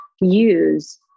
use